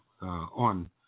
on